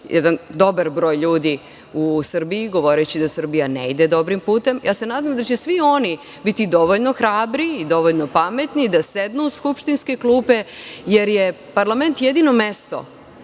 jedan dobar broj ljudi u Srbiji, govoreći da Srbija ne ide dobrim putem, nadam se da će svi oni biti dovoljno hrabri i dovoljno pametni da sednu u skupštinske klupe, jer je parlament jedino mesto